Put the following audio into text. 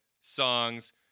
songs